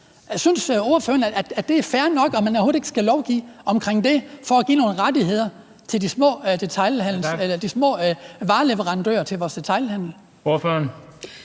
ordføreren, at det er fair nok, at man overhovedet ikke skal lovgive om det for at give nogle rettigheder til de små vareleverandører til vores detailhandel? Kl.